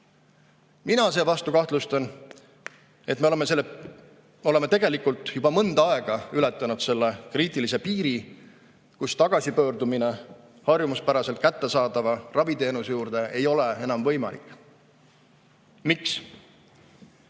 Mina seevastu kahtlustan, et me oleme tegelikult juba mõnda aega tagasi ületanud selle kriitilise piiri, kus tagasipöördumine harjumuspäraselt kättesaadava raviteenuse juurde ei ole enam võimalik. Miks?